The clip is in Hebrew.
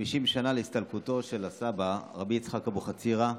50 שנה להסתלקותו של הסבא, רבי יצחק אבוחצירא,